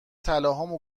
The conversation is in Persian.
طلاهامو